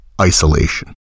isolation